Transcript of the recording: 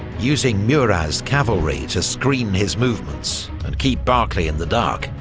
using murat's cavalry to screen his movements and keep barclay in the dark,